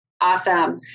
Awesome